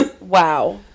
Wow